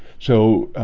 so